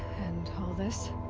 and. all this?